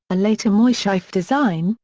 a later moisseiff design,